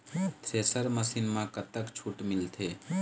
Thresher machine म कतक छूट मिलथे?